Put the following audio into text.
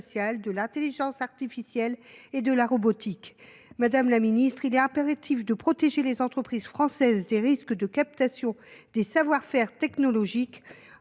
de l’intelligence artificielle et de la robotique. Madame la ministre, il est impératif de protéger les entreprises françaises des risques d’appropriation par des acteurs